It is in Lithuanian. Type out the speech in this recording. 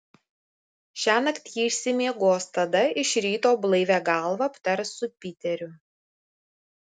šiąnakt ji išsimiegos tada iš ryto blaivia galva aptars su piteriu